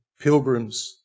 pilgrims